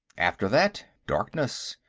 after that, darkness,